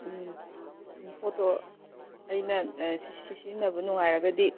ꯎꯝ ꯎꯝ ꯄꯣꯠꯇꯣ ꯑꯩꯅ ꯑꯥ ꯁꯤꯖꯤꯟꯅꯕ ꯅꯨꯡꯉꯥꯏꯔꯒꯗꯤ